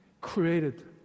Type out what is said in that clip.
created